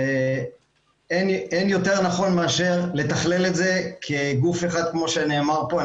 אין יותר נכון מאשר לתכלל את זה כגוף אחד כמו שנאמר פה.